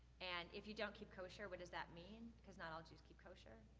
and if you don't keep kosher, what does that mean? cause not all jews keep kosher.